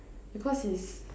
because he's